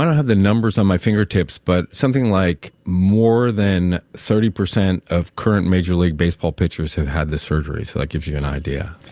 i don't have the numbers at um my fingertips, but something like more than thirty percent of current major league baseball pitchers have had this surgery, so that gives you an idea.